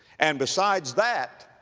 and besides that,